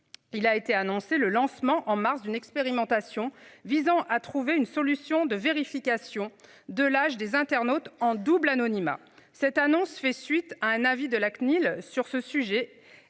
Il a été annoncé le lancement en mars d'une expérimentation visant à trouver une solution de vérification de l'âge des internautes en double anonymat. Cette annonce fait suite à un avis de la CNIL sur ce sujet